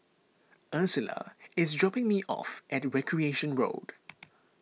Ursula is dropping me off at Recreation Road